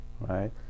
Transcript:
right